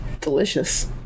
delicious